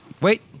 Wait